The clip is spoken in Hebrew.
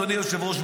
אדוני היושב-ראש,